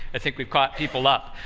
i think we've got people up,